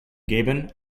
gabon